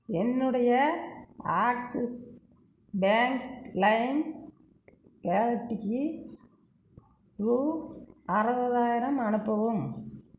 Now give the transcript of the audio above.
என்னுடைய Axis bank lime வாலெட்டுக்கு ரூ அறுபதாயிரம் அனுப்பவும்